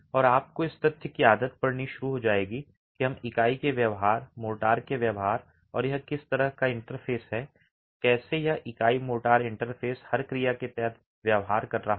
और आपको इस तथ्य की आदत पड़नी शुरू हो जाएगी कि हम इकाई के व्यवहार मोर्टार के व्यवहार और यह किस तरह का इंटरफ़ेस है कैसे यह इकाई मोर्टार इंटरफ़ेस हर क्रिया के तहत व्यवहार कर रहा है